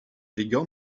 регион